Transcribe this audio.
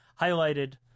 highlighted